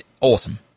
awesome